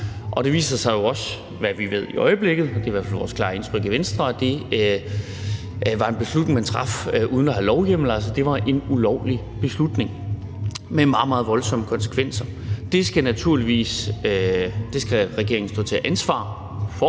og det viser sig jo også, ud fra hvad vi ved i øjeblikket – det er i hvert fald vores klare indtryk i Venstre – at det var en beslutning, man traf uden at have lovhjemmel, altså at det var en ulovlig beslutning med meget, meget voldsomme konsekvenser. Det skal regeringen stå til ansvar for